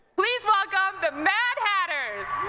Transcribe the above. please welcome the madhatters!